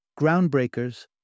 Groundbreakers